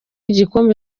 igikombe